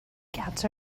cats